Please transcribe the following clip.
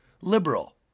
liberal